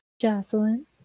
Jocelyn